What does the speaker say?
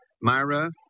Myra